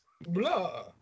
Blah